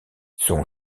son